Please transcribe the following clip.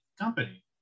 company